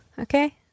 okay